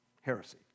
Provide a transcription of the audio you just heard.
Heresy